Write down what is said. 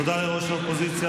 תודה לראש האופוזיציה.